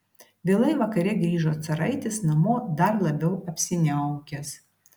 vėlai vakare grįžo caraitis namo dar labiau apsiniaukęs